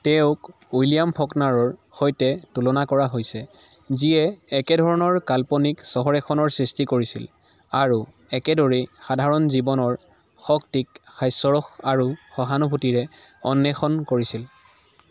তেওঁক উইলিয়াম ফকনাৰৰ সৈতে তুলনা কৰা হৈছে যিয়ে একেধৰণৰ কাল্পনিক চহৰ এখনৰ সৃষ্টি কৰিছিল আৰু একেদৰেই সাধাৰণ জীৱনৰ শক্তিক হাস্যৰস আৰু সহানুভূতিৰে অন্বেষণ কৰিছিল